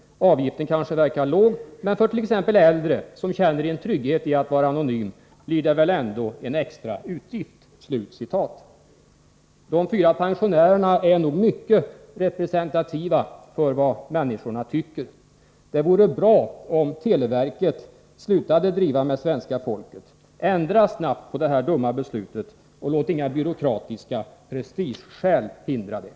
Avgiften verkar kanske låg, men för t.ex. äldre som känner en trygghet i att vara anonyma blir det väl ändå en extra utgift.” De fyra pensionärerna är nog mycket representativa när det gäller vad människorna tycker. Det vore bra om televerket slutade driva med svenska folket. Ändra snabbt det här dumma beslutet, och låt inga byråkratiska prestigeskäl hindra er!